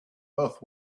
earth